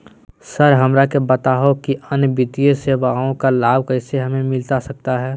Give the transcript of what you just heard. Sir हमरा के बताओ कि अन्य वित्तीय सेवाओं का लाभ कैसे हमें मिलता सकता है?